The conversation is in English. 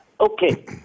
okay